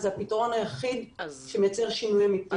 זה הפתרון היחיד שמייצר שינוי אמתי.